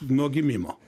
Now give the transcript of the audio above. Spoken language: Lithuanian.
nuo gimimo